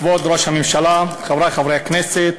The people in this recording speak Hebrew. כבוד ראש הממשלה, חברי חברי הכנסת,